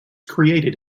created